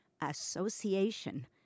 Association